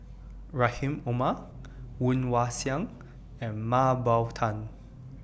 Rahim Omar Woon Wah Siang and Mah Bow Tan